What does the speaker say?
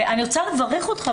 אני רוצה לברך אותך,